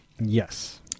Yes